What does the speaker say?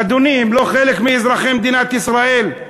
אדוני, הם לא חלק מאזרחי מדינת ישראל?